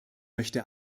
möchte